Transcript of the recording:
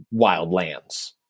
Wildlands